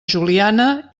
juliana